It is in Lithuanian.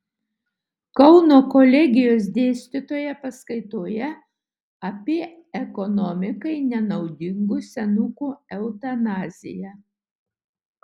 kauno kolegijos dėstytoja paskaitoje apie ekonomikai nenaudingų senukų eutanaziją